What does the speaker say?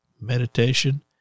meditation